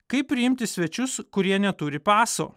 kaip priimti svečius kurie neturi paso